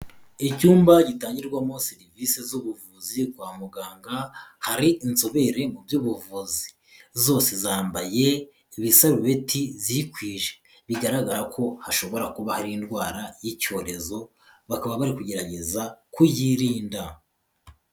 Icyumba gitangirwamo serivise z'ubuvuzi kwa muganga, hari inzobere mu by'ubuvuzi, zose zambaye ibisarubeti zikwije, bigaragara ko hashobora kuba hari indwara y'icyorezo, bakaba bari kugerageza kuyirinda.